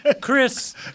Chris